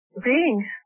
Greetings